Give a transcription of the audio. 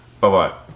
Bye-bye